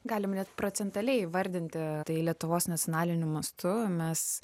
galim net procentą įvardinti tai lietuvos nacionaliniu mastu mes